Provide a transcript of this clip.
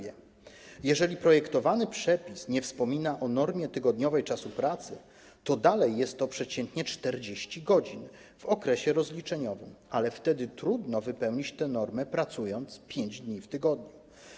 Jeżeli projektowany przepis nie wspomina o normie tygodniowej czasu pracy, to dalej jest to przeciętnie 40 godzin w okresie rozliczeniowym, ale wtedy trudno wypełnić normy, pracując 5 dni w tygodniu.